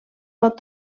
pot